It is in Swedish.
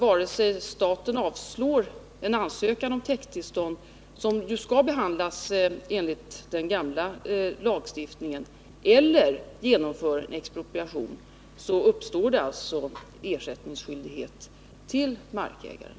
Vare sig staten avslår en ansökan om täkttillstånd, som ju skall behandlas enligt den gamla lagstiftningen, eller genomför en expropriation så uppstår alltså ersättningsskyldighet gentemot markägaren.